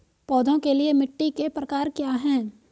पौधों के लिए मिट्टी के प्रकार क्या हैं?